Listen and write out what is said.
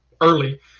early